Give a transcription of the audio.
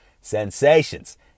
sensations